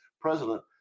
president